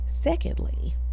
Secondly